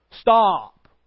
Stop